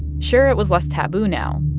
sure, it was less taboo now,